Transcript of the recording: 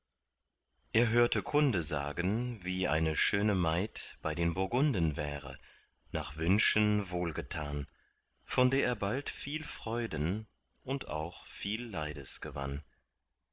er hörte kunde sagen wie eine schöne maid bei den burgunden wäre nach wünschen wohlgetan von der er bald viel freuden und auch viel leides gewann